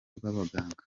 rw’abaganga